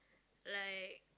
like